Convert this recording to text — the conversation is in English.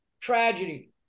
tragedy